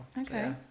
Okay